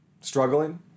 Struggling